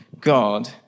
God